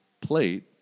plate